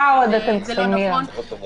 מה עוד אתם צריכים, מירה?